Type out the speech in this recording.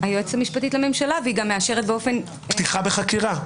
היועצת המשפטית לממשלה והיא גם מאשרת --- פתיחה בחקירה.